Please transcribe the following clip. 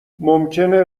ممکنه